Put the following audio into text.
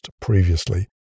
previously